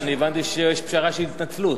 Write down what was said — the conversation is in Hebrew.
הבנתי שיש פשרה שתהיה התנצלות.